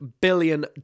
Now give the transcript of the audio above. billion